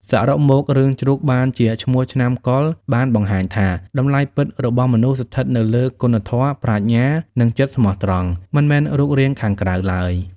សរុបមក រឿងជ្រូកបានជាឈ្មោះឆ្នាំកុរបានបង្ហាញថា តម្លៃពិតរបស់មនុស្សស្ថិតនៅលើ គុណធម៌ ប្រាជ្ញា និងចិត្តស្មោះត្រង់ មិនមែនរូបរាងខាងក្រៅឡើយ